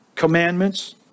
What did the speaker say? Commandments